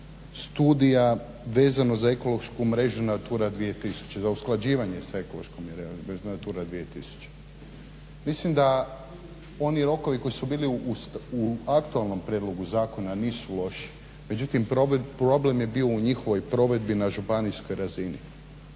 studija vezano za ekološku mrežu NATURA 2000. za usklađivanje sa ekološkom mrežom NATURA 2000. Mislim da oni rokovi koji su bili u aktualnom prijedlogu zakona nisu loši, međutim problem je bio u njihovoj provedbi na županijskoj razini.